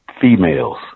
females